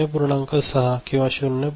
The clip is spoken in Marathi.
6 किंवा 0